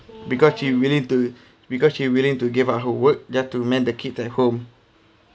because you willing to because you willing to give up her work just to mend the kids at home